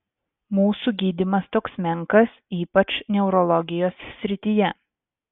mūsų gydymas toks menkas ypač neurologijos srityje